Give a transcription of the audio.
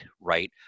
Right